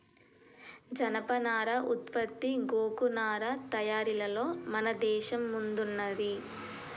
జనపనార ఉత్పత్తి గోగు నారా తయారీలలో మన దేశం ముందున్నది